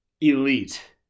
elite